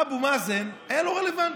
אבו מאזן היה לא רלוונטי.